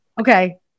Okay